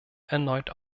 erneut